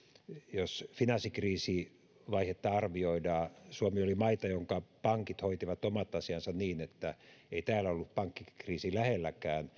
jos finanssikriisivaihetta arvioidaan suomi oli maita jonka pankit hoitivat omat asiansa niin että ei täällä ollut pankkikriisi lähelläkään